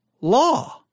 law